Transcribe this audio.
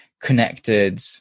connected